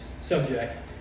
subject